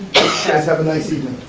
guys have a nice evening.